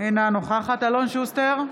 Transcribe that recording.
אינה נוכחת אלון שוסטר,